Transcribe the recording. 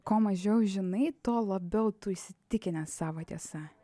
kuo mažiau žinai tuo labiau tu įsitikinęs savo tiesa